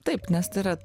taip nes tai yra